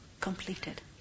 completed